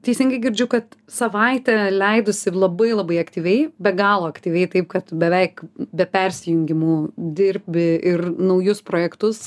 teisingai girdžiu kad savaitę leidusi labai labai aktyviai be galo aktyviai taip kad beveik be persijungimų dirbi ir naujus projektus